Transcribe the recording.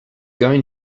going